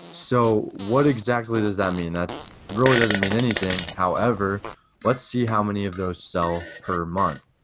so what exactly does that mean? that's really doesn't mean anything however let's see how many of those sell per month.